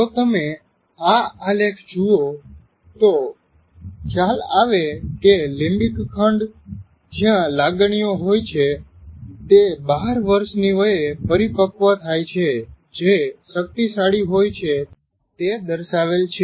જો તમે આ આલેખ જુઓ તો ખ્યાલ આવે કે - લિમ્બિક ખંડ જ્યાં લાગણીઓ હોય છે - તે 12 વર્ષ ની વયે પરિપક્વ થાય છે જે શક્તિશાળી હોય છે તે દર્શાવેલ છે